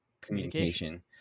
communication